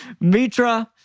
Mitra